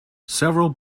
several